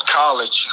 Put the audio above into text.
college